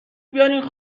بیارین